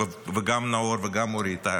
גם נאור וגם אורית,